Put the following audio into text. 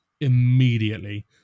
immediately